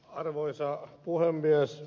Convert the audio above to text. arvoisa puhemies